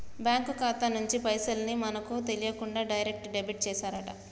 bank ఖాతా నుంచి పైసల్ ని మనకు తెలియకుండా డైరెక్ట్ డెబిట్ చేశారట